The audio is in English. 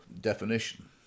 definition